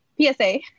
PSA